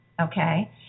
Okay